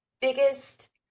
biggest